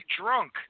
drunk